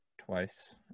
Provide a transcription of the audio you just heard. twice